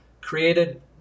created